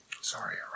Sorry